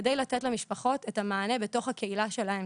כדי לתת למשפחות את המענה בתוך הקהילה שלהן,